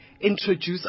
introduce